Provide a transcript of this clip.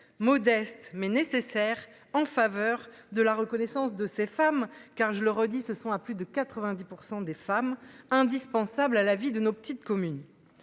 modeste mais nécessaire en faveur de la reconnaissance de ces femmes car je le redis, ce sont à plus de 90% des femmes indispensable à la vie de nos petites communes.